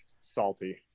salty